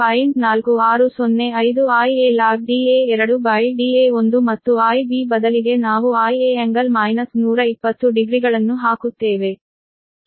4605 Ia log Da2 Da1 ಮತ್ತು Ib ಬದಲಿಗೆ ನಾವು Ia ∟ 120 ಡಿಗ್ರಿಗಳನ್ನು ಹಾಕುತ್ತೇವೆ